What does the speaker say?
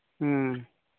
ᱦᱮᱸ